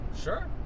Sure